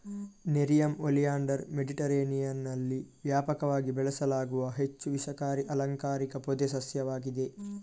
nerium oleander ಮೆಡಿಟರೇನಿಯನ್ನಲ್ಲಿ ವ್ಯಾಪಕವಾಗಿ ಬೆಳೆಸಲಾಗುವ ಹೆಚ್ಚು ವಿಷಕಾರಿ ಅಲಂಕಾರಿಕ ಪೊದೆ ಸಸ್ಯವಾಗಿದೆ